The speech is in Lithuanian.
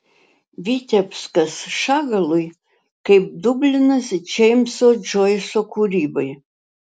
vitebskas šagalui kaip dublinas džeimso džoiso kūrybai